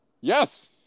Yes